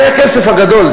זה הכסף הגדול.